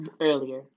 earlier